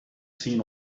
seen